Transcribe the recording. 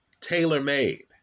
Tailor-made